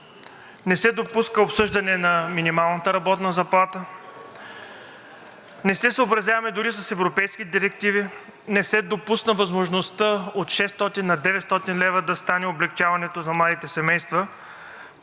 не се допуска обсъждане на минималната работна заплата, не се съобразяваме дори с европейските директиви, не се допусна възможността от 600 на 900 лв. да стане облекчаването за младите семейства.